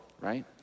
right